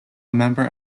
member